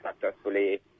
successfully